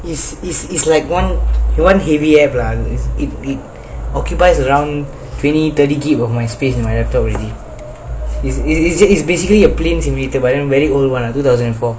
is is is like one one heavy app lah is it it occupies around twenty thirty G_B of my space in my laptop already is it is it is basically a plane simulator but then very old one two thousand and four